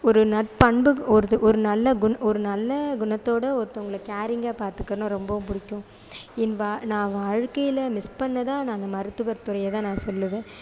ஒரு நற்பண்பு ஒரு ஒரு நல்ல குண ஒரு நல்ல குணத்தோடு ஒருத்தவங்களை கேரிங்காக பார்த்துக்கணுன்னா ரொம்பவும் பிடிக்கும் என் வா நான் வாழக்கையில் மிஸ் பண்ணதாக நான் அந்த மருத்துவத்துறையை தான் நான் சொல்லுவேன்